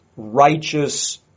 righteous